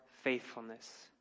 faithfulness